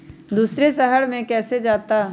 दूसरे शहर मे कैसे जाता?